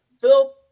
Phil